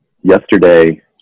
yesterday